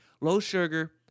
low-sugar